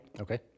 Okay